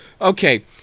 Okay